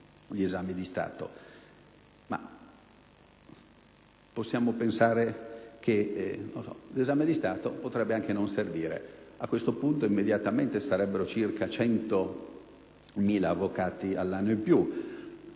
gli esami di Stato; possiamo pensare che l'esame di Stato potrebbe anche non servire. A questo punto, immediatamente, ci sarebbero circa 100.000 avvocati all'anno in più;